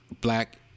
black